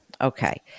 Okay